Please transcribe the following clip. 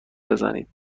بزنید